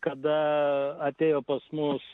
kada atėjo pas mus